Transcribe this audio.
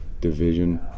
division